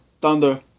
Thunder